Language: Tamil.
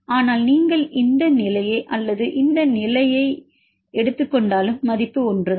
ஆனால் நீங்கள் இந்த நிலையை அல்லது இந்த நிலையை எடுத்துக் கொண்டாலும் மதிப்பு ஒன்றுதான்